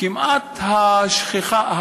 כמעט השכיחה,